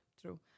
true